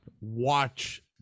watch